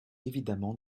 évidemment